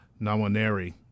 Nawaneri